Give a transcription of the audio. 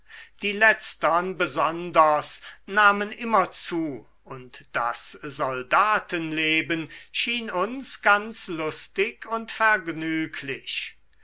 die letztern besonders nahmen immer zu und das soldatenleben schien uns ganz lustig und vergnüglich